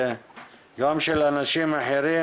גם של אנשים אחרים